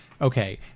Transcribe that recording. Okay